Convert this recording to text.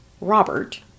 Robert